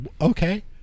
okay